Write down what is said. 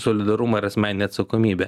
solidarumą ir asmeninę atsakomybę